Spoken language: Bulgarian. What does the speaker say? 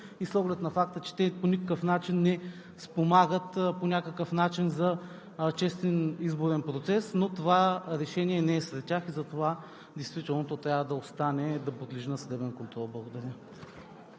И с оглед на факта, че те по никакъв начин не спомагат за честен изборен процес, но това решение не е сред тях, затова действително то трябва да остане и да подлежи на съдебен контрол. Благодаря.